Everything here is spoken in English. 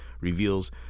reveals